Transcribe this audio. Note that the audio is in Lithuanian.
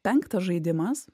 penktas žaidimas